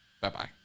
bye-bye